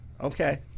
Okay